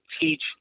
teach